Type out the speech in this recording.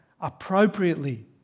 appropriately